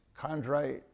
chondrite